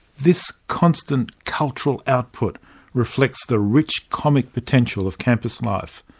this constant cultural output reflects the rich comic potential of campus life,